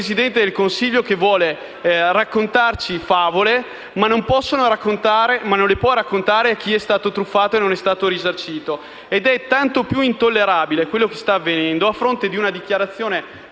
Presidente del Consiglio che vuole raccontarci favole, ma non le può raccontare a chi è stato truffato e non è stato risarcito. Ed è tanto più intollerabile quello che sta avvenendo, a fronte di una dichiarazione